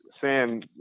Sam